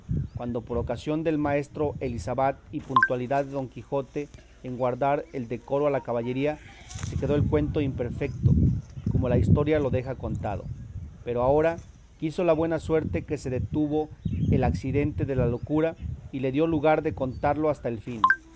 cuando por ocasión del maestro elisabat y puntualidad de don quijote en guardar el decoro a la caballería se quedó el cuento imperfeto como la historia lo deja contado pero ahora quiso la buena suerte que se detuvo el accidente de la locura y le dio lugar de contarlo hasta el fin